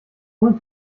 ohne